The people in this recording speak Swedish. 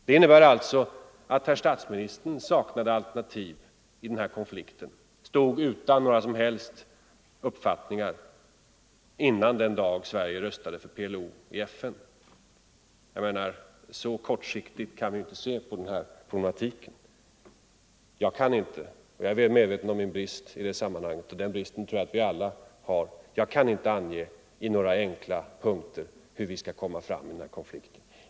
Det innebär alltså att statsminister Palme saknade alternativ, stod utan någon som helst uppfattning före den dag Sverige röstade för PLO i FN. Så kortsiktigt kan vi inte se på den här problematiken. Jag kan inte — jag är väl medveten om min brist i det sammanhanget men den bristen tror jag att vi alla har — i några enkla punkter ange hur denna konflikt skall lösas.